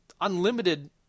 unlimited